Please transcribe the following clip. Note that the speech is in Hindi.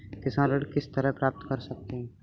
किसान ऋण किस तरह प्राप्त कर सकते हैं?